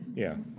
yeah.